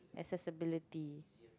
accessibility